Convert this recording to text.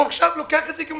הוא גם לוקח את זה עכשיו כמודל.